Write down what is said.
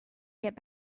get